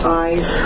eyes